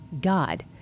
God